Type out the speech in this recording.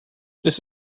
this